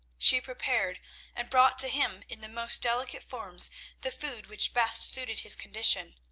she prepared and brought to him in the most delicate forms the food which best suited his condition.